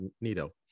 Nito